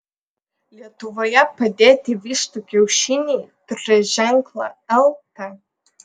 lietuvoje padėti vištų kiaušiniai turės ženklą lt